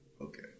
Okay